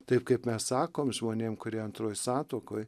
taip kaip mes sakom žmonėm kurie antroj santuokoj